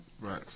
Right